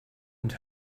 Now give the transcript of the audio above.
and